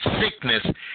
sickness